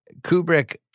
Kubrick